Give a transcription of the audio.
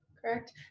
correct